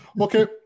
Okay